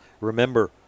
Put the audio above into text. remember